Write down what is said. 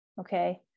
okay